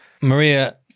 Maria